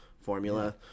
formula